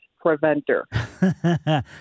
preventer